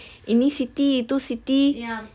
ini city itu city